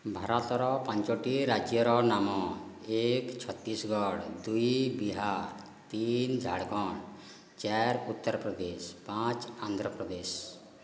ଭାରତର ପାଞ୍ଚଟି ରାଜ୍ୟର ନାମ ଏକ ଛତିଶଗଡ଼ ଦୁଇ ବିହାର ତିନି ଝାଡ଼ଖଣ୍ଡ ଚାରି ଉତ୍ତରପ୍ରଦେଶ ପାଞ୍ଚ ଆନ୍ଧ୍ରପ୍ରଦେଶ